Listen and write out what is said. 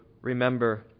remember